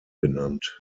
genannt